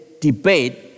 debate